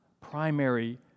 primary